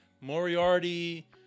Moriarty